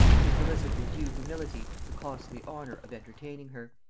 to solicit with due humility the costly honor of entertaining her.